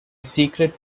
secret